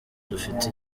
dufite